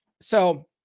So-